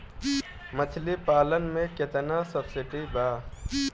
मछली पालन मे केतना सबसिडी बा?